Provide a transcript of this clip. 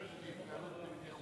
התקהלות בלתי חוקית.